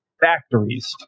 factories